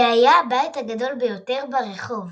זה היה הבית הגדול ביותר ברחוב.